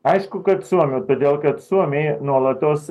aišku kad suomių todėl kad suomiai nuolatos